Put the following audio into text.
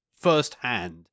first-hand